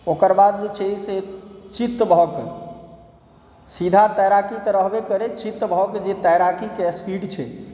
ओकर बाद जे छै से चित भऽ कऽ सीधा तैराकी तऽ रहबे करै चित भऽ कऽ जे तैराकीके स्पीड छै